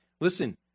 Listen